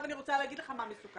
אני רוצה לומר לך מה מסוכן.